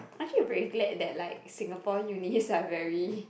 I'm actually very glad that like Singapore unis are very